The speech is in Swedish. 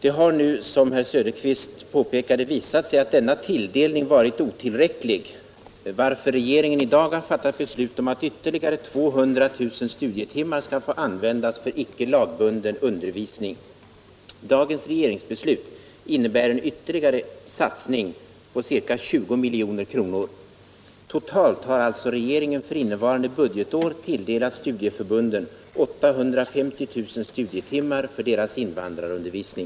Det har nu, som herr Söderqvist påpekade, visat sig att denna tilldelning för studiemedel har varit otillräcklig, varför regeringen i dag har fattat beslut om att ytterligare 200 000 studietimmar skall få användas för icke lagbunden undervisning. Dagens regeringsbeslut innebär en ytterligare satsning på ca 20 milj.kr. Totalt har således regeringen för innevarande budgetår tilldelat studieförbunden 850 000 studietimmar för deras invandrarundervisning.